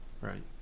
Right